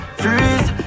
freeze